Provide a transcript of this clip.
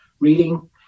reading